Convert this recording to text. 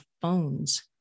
phones